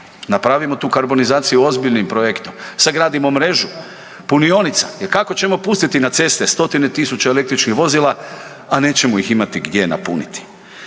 napravimo tu karbonizaciju ozbiljnim projektom, sagradimo mrežu punionica jer kako ćemo pustiti na ceste stotine tisuća električnih vozila, a nećemo ih imati gdje napuniti.